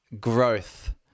growth